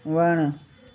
वणु